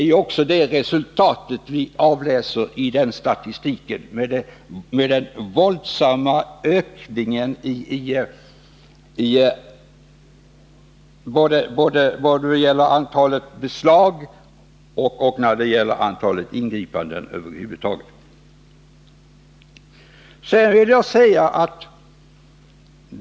Resultatet härav kan också utläsas i statistiken, som visar en våldsam ökning både vad gäller antalet beslag och vad gäller antalet ingripanden över huvud taget.